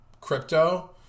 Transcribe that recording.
crypto